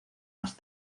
más